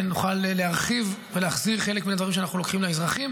נוכל להרחיב ולהחזיר לאזרחים